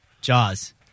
Jaws